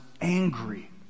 angry